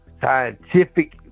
scientific